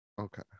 Okay